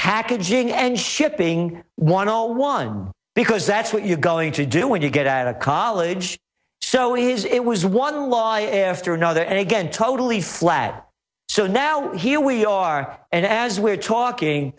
packaging and shipping one zero one because that's what you're going to do when you get out of college so is it was one law after another and again totally flat so now here we are and as we're talking